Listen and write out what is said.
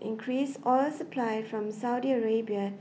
increased oil supply from Saudi Arabia